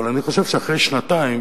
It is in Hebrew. אבל אני חושב שאחרי שנתיים